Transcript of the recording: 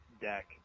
deck